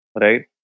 right